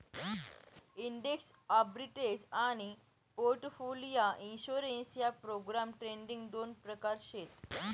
index arbitrage आनी portfolio insurance ह्या program trading दोन प्रकार शेत